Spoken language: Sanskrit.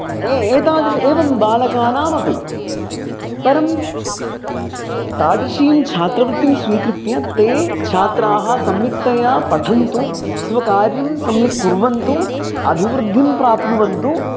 ए एतादृ एवं बालकानामपि परं तादृशीं छात्रवृत्तिं स्वीकृत्य ते छात्राः सम्यक्तया पठन्तु स्वकार्यं सम्यक् कुर्वन्तु अभिवृद्धिं प्राप्नुवन्तु